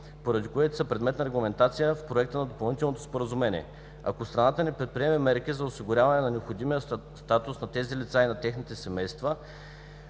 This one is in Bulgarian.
поради което са предмет на регламентация в проекта на Допълнително споразумение. Ако страната не предприеме мерки за осигуряване на необходимия статус на тези лица и на техните семейства,